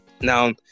now